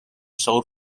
sold